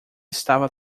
estava